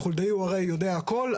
וחולדאי הרי יודע הכול,